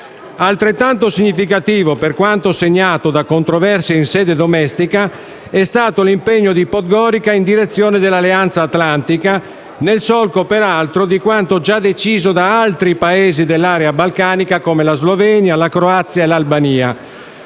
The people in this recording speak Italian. Altrettanto significativo, per quanto segnato da controversie in sede domestica, è stato l'impegno di Podgorica in direzione dell'Alleanza atlantica, nel solco peraltro di quanto già deciso da altri Paesi dell'area balcanica come Slovenia, Croazia e Albania.